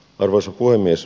arvoisa puhemies